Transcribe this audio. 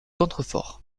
contreforts